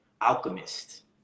alchemist